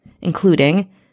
including